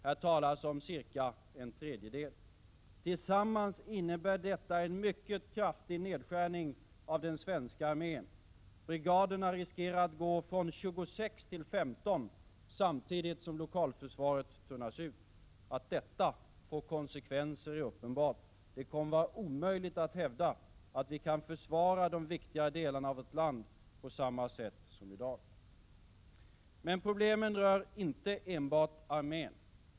Här talas om nedskärningar med cirka en tredjedel. Tillsammans innebär detta en mycket kraftig nedskärning av den svenska armén. Brigaderna riskerar att gå från 26 till 15, samtidigt som lokalförsvaret tunnas ut. Att detta får konsekvenser är uppenbart. Det kommer att vara omöjligt att hävda att vi kan försvara de viktigare delarna av vårt land på samma sätt som i dag. Men problemen rör inte enbart armén.